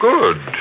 Good